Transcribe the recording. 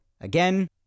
again